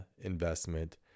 investment